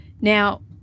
Now